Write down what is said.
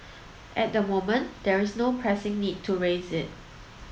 at the moment there's no pressing need to raise it